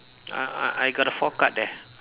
uh I I got a four card there